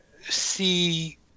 see